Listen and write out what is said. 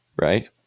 Right